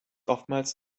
oftmals